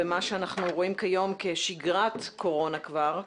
ומה שאנחנו רואים כיום כשגרת קורונה כבר,